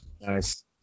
Nice